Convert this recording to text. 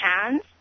hands